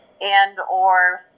and/or